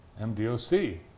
MDOC